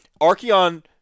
Archeon